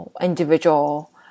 individual